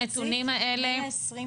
מחצית מבני ה-24?